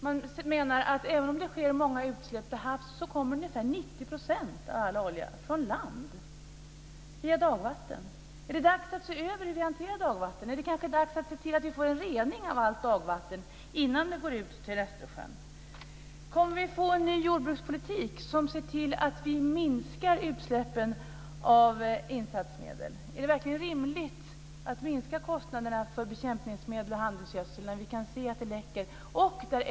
Man menar att även om det sker många utsläpp till havs kommer ungefär 90 % av all olja från land via dagvatten. Är det dags att se över hur vi hanterar dagvatten? Är det kanske dags att se till att vi får rening av allt dagvatten innan det går ut i Östersjön? Kommer vi att få en ny jordbrukspolitik som ser till att vi minskar utsläppen av insatsmedel? Är det verkligen rimligt att minska kostnaderna för bekämpningsmedel och handelsgödsel när vi kan se att det läcker?